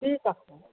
ঠিক আছে